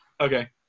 Okay